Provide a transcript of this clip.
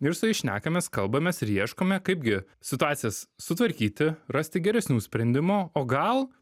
ir su jais šnekamės kalbamės ir ieškome kaip gi situacijas sutvarkyti rasti geresnių sprendimų o gal